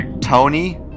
Tony